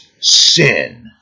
sin